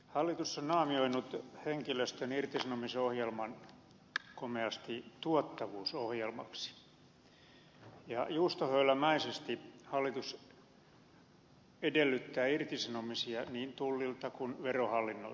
hallitus on naamioinut henkilöstön irtisanomisohjelman komeasti tuottavuusohjelmaksi ja juustohöylämäisesti hallitus edellyttää irtisanomisia niin tullilta kuin verohallinnoltakin